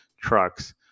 trucks